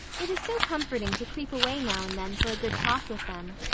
it is so comforting to creep away now and then for a good talk with them.